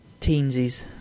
Teensies